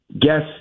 Guess